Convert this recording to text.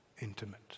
intimate